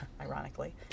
ironically